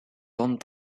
bandes